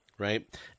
Right